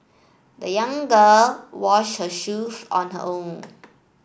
the young girl washed her shoes on her own